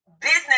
business